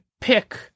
pick